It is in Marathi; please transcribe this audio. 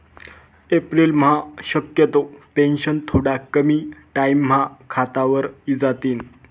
एप्रिलम्हा शक्यतो पेंशन थोडा कमी टाईमम्हा खातावर इजातीन